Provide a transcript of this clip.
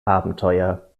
abenteuer